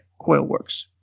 Coilworks